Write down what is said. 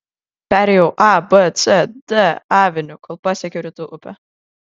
perėjau a b c d aveniu kol pasiekiau rytų upę